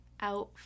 out